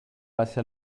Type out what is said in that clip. base